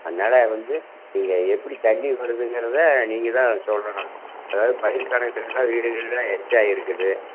அதனால வந்து நீங்கள் எப்படி தண்ணி வருதுங்கிறதை நீங்க தான் சொல்லணும் அதாவது பைப் கனெக்ஷன் எல்லாம் வீடுகீடு எல்லாம் எக்ஸ்ட்ரா இருக்குது